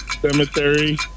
cemetery